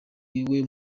iwe